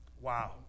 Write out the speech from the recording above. Wow